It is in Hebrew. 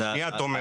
שנייה תומר.